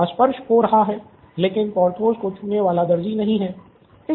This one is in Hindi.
वहाँ स्पर्श हो रहा है लेकिन पोर्थोस को छूने वाला दर्जी नहीं है